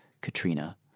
katrina